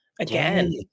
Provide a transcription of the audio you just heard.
again